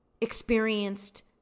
experienced